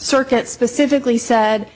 circuit specifically said